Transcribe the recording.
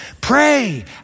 Pray